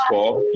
Paul